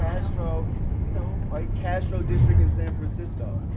castro we know, right? castro district in san francisco.